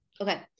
okay